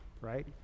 right